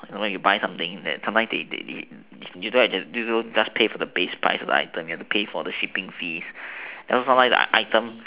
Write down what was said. sometimes when you buy some things sometimes they they just pay for the base price of the items you have to pay for the shipping fee sometimes the items